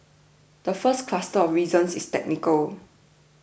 the first cluster of reasons is technical